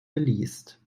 geleast